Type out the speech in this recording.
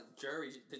jury